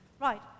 Right